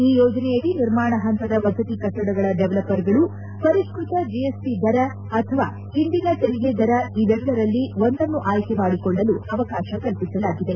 ಈ ಯೋಜನೆಯಡಿ ನಿರ್ಮಾಣ ಹಂತದ ವಸತಿ ಕಟ್ಟಡಗಳ ಡೆವಲಪರ್ಗಳು ಪರಿಷ್ಠತ ಜಿಎಸ್ಟ ದರ ಅಥವಾ ಇಂದಿನ ತೆರಿಗೆ ದರ ಇವೆರಡರಲ್ಲಿ ಒಂದನ್ನು ಆಯ್ಲೆ ಮಾಡಿಕೊಳ್ಳಲು ಅವಕಾಶ ಕಲ್ಪಿಸಲಾಗಿದೆ